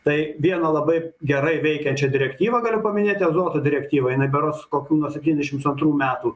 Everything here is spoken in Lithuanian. tai vieną labai gerai veikiančią direktyvą galiu paminėti azoto direktyvą jinai berods kokių septyniasdešims antrų metų